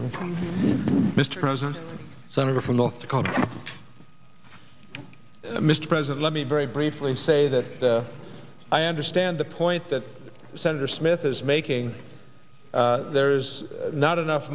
of mr president senator from north dakota mr president let me very briefly say that i understand the point that senator smith is making there's not enough